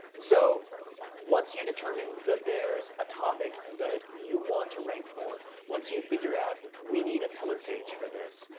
so once you determine that there's a topic that you want to rank for, once you figure out we need a pillar page for this,